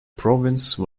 province